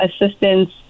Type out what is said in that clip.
assistance